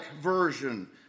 version